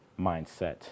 mindset